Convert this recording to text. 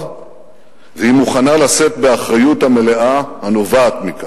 והיא מוכנה לשאת באחריות המלאה הנובעת מכך".